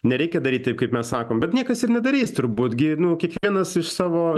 nereikia daryti taip kaip mes sakom bet niekas ir nedarys turbūt gi kiekvienas iš savo